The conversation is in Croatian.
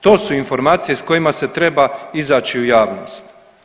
To su informacije s kojima se treba izaći u javnost.